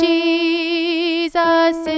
Jesus